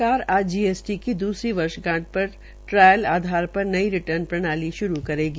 सरकार आज जीएसटी की दूसरी वर्षगांठ र ट्रायल आधार र नई रिर्टन प्रणाली श्रू करेगी